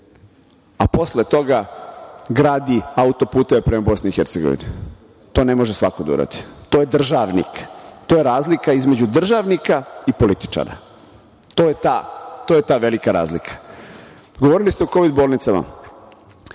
a posle toga gradi autoputeve prema Bosni i Hercegovini. To ne može svako da uradi. To je državnik. To je razlika između državnika i političara. To je ta velika razlika. Govorili ste o kovid bolnicama.